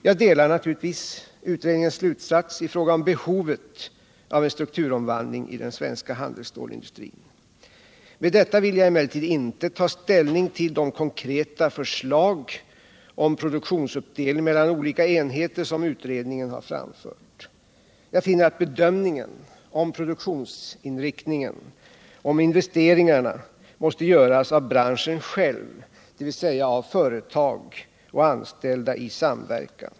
Jag delar naturligtvis utredningens slutsats i fråga om behovet av en strukturomvandling i den svenska handelsstålsindustrin. Med detta vill jag emellertid inte ta ställning till de konkreta förslag om produktionsuppdelning mellan olika enheter som utredningen har framfört. Jag finner att bedömningen om produktionsinriktningen och investeringarna måste göras av branschen själv, dvs. av företag och anställda i samverkan.